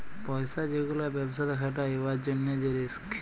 পইসা যে গুলা ব্যবসাতে খাটায় উয়ার জ্যনহে যে রিস্ক